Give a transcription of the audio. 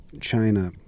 China